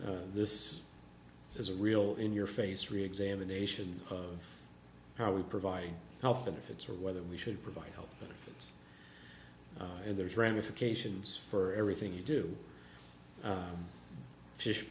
this is a real in your face reexamination of how we provide health benefits or whether we should provide health benefits and there's ramifications for everything you do fish